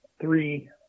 three